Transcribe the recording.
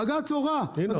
בג"ץ הורה,